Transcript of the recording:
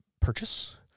purchase